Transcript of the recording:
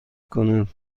کند